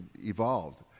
evolved